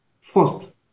first